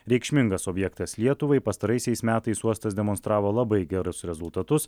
reikšmingas objektas lietuvai pastaraisiais metais uostas demonstravo labai gerus rezultatus